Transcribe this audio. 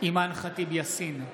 אימאן ח'טיב יאסין,